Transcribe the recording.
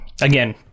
Again